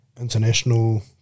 international